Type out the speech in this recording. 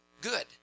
good